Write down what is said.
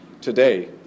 today